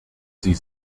sie